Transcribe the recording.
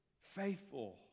faithful